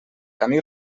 camí